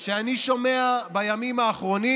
שאני שומע בימים האחרונים,